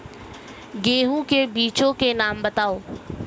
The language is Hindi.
गेहूँ के बीजों के नाम बताओ?